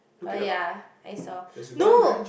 oh yea I saw no